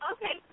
Okay